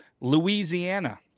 louisiana